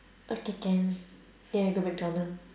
okay can ya we go mcdonald